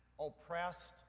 oppressed